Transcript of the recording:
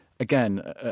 Again